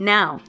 Now